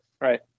Right